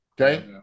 Okay